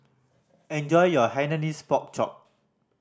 enjoy your Hainanese Pork Chop